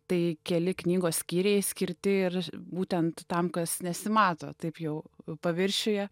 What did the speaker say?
tai keli knygos skyriai skirti ir būtent tam kas nesimato taip jau paviršiuje